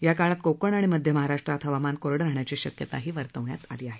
या काळात कोकण आणि मध्य महाराष्ट्रात हवामान कोरडं राहण्याची शक्यता वर्तवण्यात आली आहे